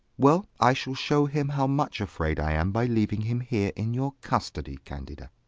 well, i shall show him how much afraid i am by leaving him here in your custody, candida.